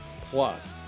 plus